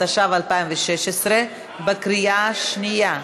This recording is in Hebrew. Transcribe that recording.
התשע"ז 2016, בקריאה השנייה.